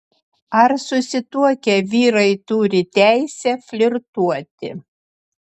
ar susituokę vyrai turi teisę flirtuoti